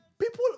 people